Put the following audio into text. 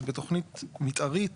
אז בתוכנית מתארית,